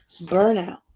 burnout